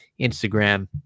Instagram